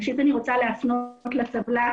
ראשית אני רוצה להפנות לטבלה,